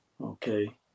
Okay